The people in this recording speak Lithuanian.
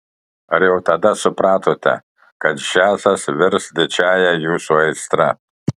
ar jau tada supratote kad džiazas virs didžiąja jūsų aistra